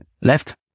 left